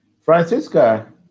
Francisca